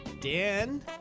Dan